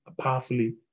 powerfully